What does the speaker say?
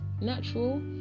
natural